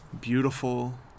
beautiful